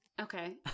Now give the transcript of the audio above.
Okay